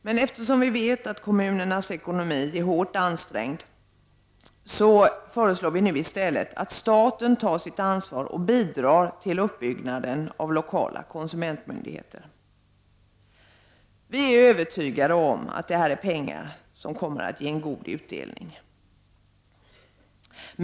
Men eftersom vi vet att kommunernas ekonomi är hårt ansträngd, föreslår vi nu i stället att staten tar sitt ansvar och bidrar till uppbyggnaden av lokala konsumentmyndigheter. Vi är övertygade om att det är pengar som kommer att ge god utdelning.